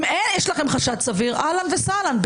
אם יש לך חשד סביר, אהלן וסהלן.